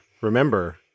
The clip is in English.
remember